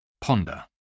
Ponder